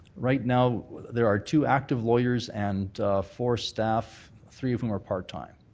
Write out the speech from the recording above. right now there are two active lawyers and four staff, three of whom are part time.